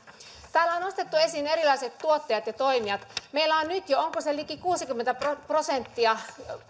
täällä on nostettu esiin erilaiset tuottajat ja toimijat meillä jo nyt osa onko se liki kuusikymmentä prosenttia